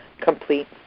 Complete